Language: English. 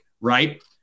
right